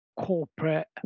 corporate